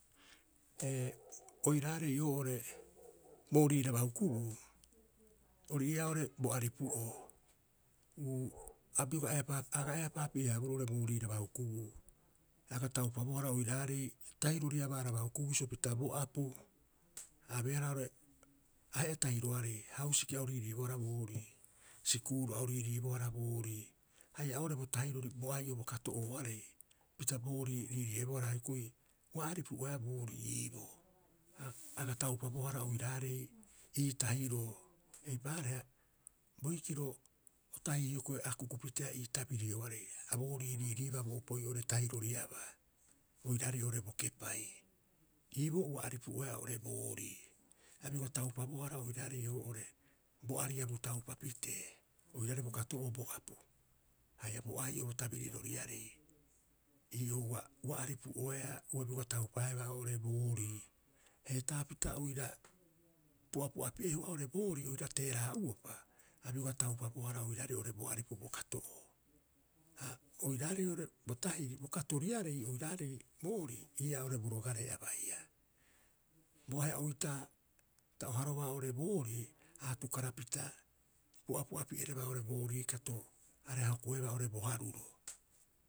Ee, oiraarei oo'ore booriiraba hukubuu, ori ii'aa oo'ore bo aripu'oo. Uu, a bioga a aga eapaapi'e- haaboroo oo'ore booriiraba hukubuu, a aga taupabohara oiraarei tahiroriabaaraba hukubuu bisio pita bo apu, a abeehara oo'ore ahe'a tahiroarei. Hausiki a o riiriibohara boorii, sikuuru a o riiriibohara boorii haia oo'ore bo tahirori bo ai'o bo kato'ooarei pita boorii riiriiebohara hioko'i ua aripu'oeaa boorii iiboo. A aga taupabohara oiraarei ii tahiroo. Eipaareha boikiro otahi hioko'i ia akukupiteea ii tabirioarei, a boorii riiriibaa bo opoi'oo oo'ore tahiroriabaa oiraarei oo'ore bo kepai. Iiboo ua aripu'oeaa oo'ore boorii, a bioga taupabohara oiraarei oo'ore bo ariabu taupa pitee oiraarei bo kato'oo oo'ore bo apu haia bo ai'o bo tabiriroriarei. Ii'oo ua, ua aripu'oeaa ua bioga taupaebaa oo'ore boorii. Heetaapita oira pu'apu'a pi'ehua oo'ore boorii oira teera'a'uopa abioga taupabohara oiraarei oo'ore bo aripu bo kato'oo. Ha oiraarei oo'ore bo tahiri, bo katoriarei oiraarei boorii, ii'aa oo'ore bo rogaree a baiia. Bo ahe'a oitaa ta o harobaa oo'ore boorii a atukarapita pu'apu'a pierebaa roo'ore boorii kato areha hokoebaa oo'ore bo haruro.